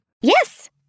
Yes